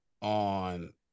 on